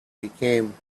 became